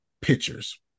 pictures